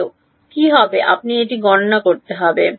ভাল কি হবে আপনাকে এটি গণনা করতে হবে